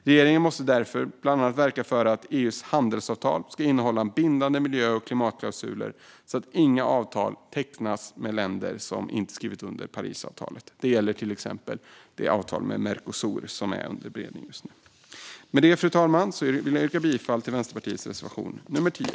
Regeringen måste därför bland annat verka för att EU:s handelsavtal ska innehålla bindande miljö och klimatklausuler, så att inga avtal tecknas med länder som inte skrivit under Parisavtalet. Detta gäller till exempel det avtal med Mercosur som just nu är under beredning. Med det, fru talman, vill jag yrka bifall till Vänsterpartiets reservation nr 10.